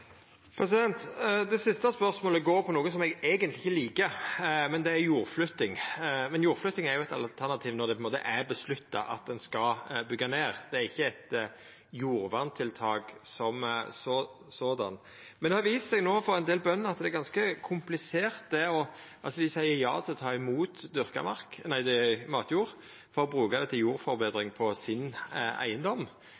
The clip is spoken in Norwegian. Det siste spørsmålet går på noko som eg eigentleg ikkje liker, nemleg jordflytting. Jordflytting er jo eit alternativ når det er bestemt at ein skal byggja ned, det er ikkje eit faktisk jordverntiltak, men det har vist seg no for ein del bønder at det er ganske komplisert. Dei seier ja til å ta imot matjord for å bruka det til jordforbetring på eigedomen sin, men det har vist seg å